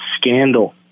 scandal